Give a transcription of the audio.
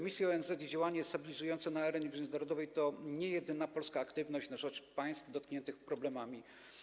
Misje ONZ i działania stabilizujące na arenie międzynarodowej to nie jedyna polska aktywność na rzecz państw dotkniętych problemami.